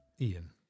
Ian